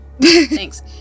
Thanks